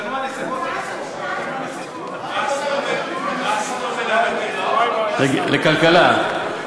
השתנו הנסיבות, השתנו הנסיבות, לכלכלה.